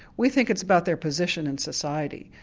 we think it's about their position in society.